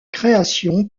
création